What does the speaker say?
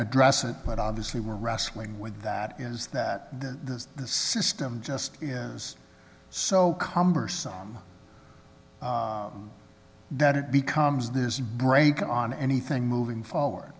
address it but obviously we're wrestling with that is that the system just is so cumbersome that it becomes this brake on anything moving forward